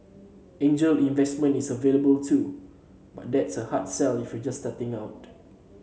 angel investment is available too but that's a hard sell if you're just starting out